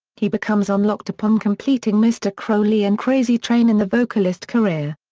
he becomes unlocked upon completing mr crowley and crazy train in the vocalist career.